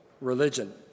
religion